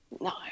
No